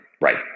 Right